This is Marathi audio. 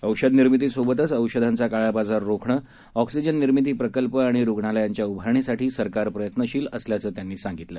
औषध निर्मितीसोबतच औषधांचा काळाबाजार रोखणं ऑक्सिजन निर्मिती प्रकल्प आणि रुग्णालयांच्या उभारणीसाठी सरकार प्रयत्नशील अशल्याचं त्यांनी सागितलं